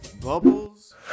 Bubbles